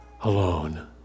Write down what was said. alone